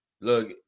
look